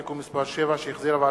(תיקון מס' 7),